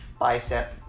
bicep